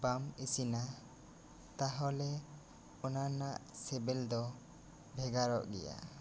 ᱵᱟᱢ ᱤᱥᱤᱱᱟ ᱛᱟᱦᱚᱞᱮ ᱚᱱᱟ ᱨᱮᱱᱟᱜ ᱥᱤᱵᱤᱞ ᱫᱚ ᱵᱷᱮᱜᱟᱨᱚᱜ ᱜᱮᱭᱟ